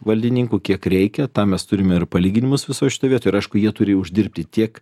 valdininkų kiek reikia tam mes turime ir palyginimus visoj šitoj vietoj ir aišku jie turi uždirbti tiek